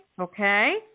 Okay